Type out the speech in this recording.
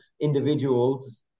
individuals